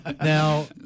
Now